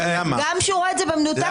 גם כשהוא רואה את זה במנותק,